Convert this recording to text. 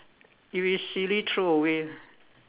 if it is silly throw away